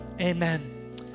amen